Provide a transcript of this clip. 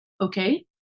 Okay